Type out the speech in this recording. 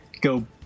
go